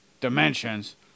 dimensions